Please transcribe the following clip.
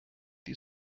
die